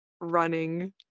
running